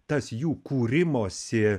tas jų kūrimosi